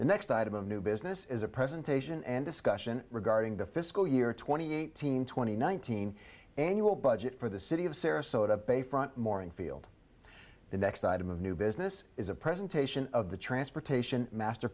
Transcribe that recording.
the next item of new business is a presentation and discussion regarding the fiscal year twenty eight hundred twenty nineteen annual budget for the city of sarasota bayfront morning field the next item of new business is a presentation of the transportation master